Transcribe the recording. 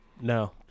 No